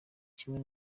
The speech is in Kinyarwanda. kimwe